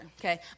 okay